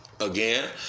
Again